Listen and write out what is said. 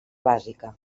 bàsica